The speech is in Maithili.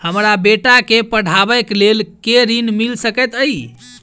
हमरा बेटा केँ पढ़ाबै केँ लेल केँ ऋण मिल सकैत अई?